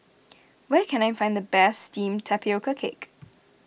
where can I find the best Steamed Tapioca Cake